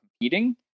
competing